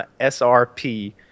SRP